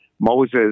moses